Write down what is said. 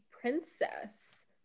Princess